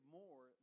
more